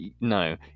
no